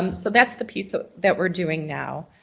um so that's the piece that we're doing now.